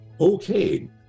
Okay